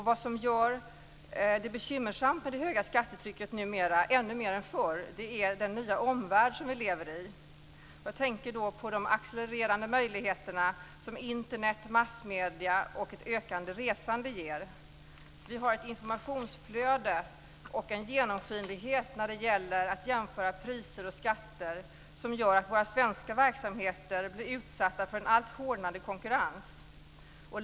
Vad som gör det höga skattetrycket ännu mera bekymmersamt än förr är den nya omvärld som vi lever i. Jag tänker då på de accelererande möjligheter som Internet, massmedierna och ett ökat resande ger. Vi har ett informationsflöde och en genomskinlighet när det gäller att jämföra priser och skatter som gör att våra svenska verksamheter blir utsatta för en allt hårdnande konkurrens.